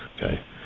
okay